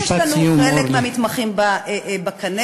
יש לנו חלק מהמתמחים בקנה.